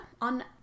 On